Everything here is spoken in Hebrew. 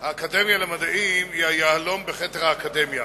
האקדמיה למדעים היא היהלום בכתר האקדמיה.